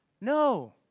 No